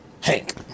Hank